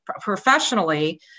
professionally